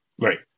Right